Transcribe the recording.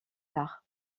tard